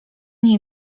niej